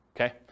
Okay